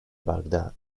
baghdad